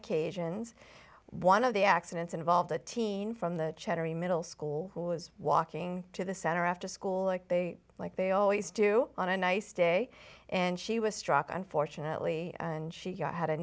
occasions one of the accidents involved a teen from the cherry middle school who was walking to the center after school like they like they always do on a nice day and she was struck unfortunately and she had a